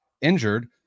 injured